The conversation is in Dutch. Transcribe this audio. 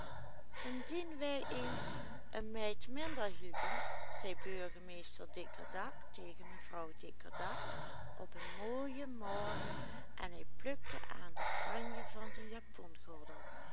indien wij eens een meid minder hielden zei burgemeester dikkerdak tegen mevrouw dikkerdak op een mooien morgen en hij plukte aan de franje van zijn japongordel